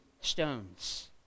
stones